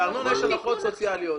בארנונה יש הנחות סוציאליות.